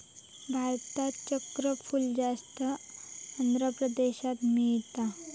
भारतात चक्रफूल जास्त आंध्र प्रदेशात मिळता